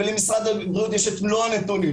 למשרד הבריאות יש את מלוא הנתונים.